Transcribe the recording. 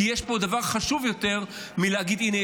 כי יש פה דבר חשוב יותר מלהגיד: הינה,